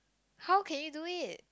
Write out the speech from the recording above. how can you do it